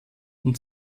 und